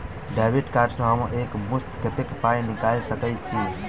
Debit card सँ हम एक मुस्त कत्तेक पाई निकाल सकय छी?